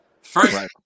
First